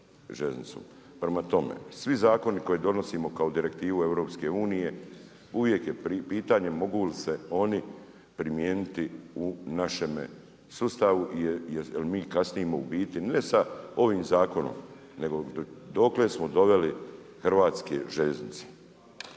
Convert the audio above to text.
Prema tome, svi zakoni koji donosimo kao direktivu EU-a, uvijek je pitanje mogu li se oni primijeniti u našemu sustavu, jer mi kasno u biti ne sa ovim zakonom, nego dokle smo doveli hrvatske željeznice.